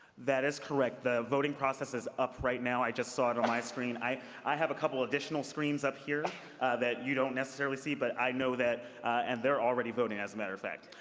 that is correct. the voting is up right now. i just saw it on my screen. i i have a couple of additional screens up here that you don't necessarily see, but i know that and they're already voting, as a matter of fact.